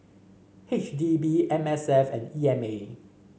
H D B M S F and E M A